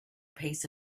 piece